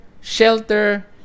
shelter